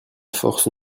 force